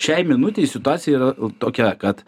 šiai minutei situacija yra tokia kad